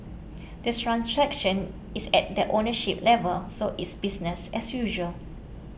the transaction is at the ownership level so it's business as usual